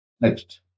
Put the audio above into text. Next